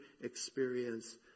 experience